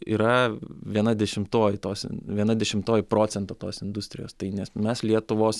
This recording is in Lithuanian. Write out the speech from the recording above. yra viena dešimtoji tos viena dešimtoji procento tos industrijos tai nes mes lietuvos